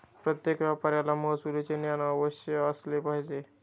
प्रत्येक व्यापाऱ्याला महसुलाचे ज्ञान अवश्य असले पाहिजे